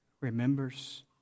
remembers